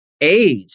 Age